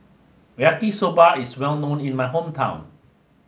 Yaki Soba is well known in my hometown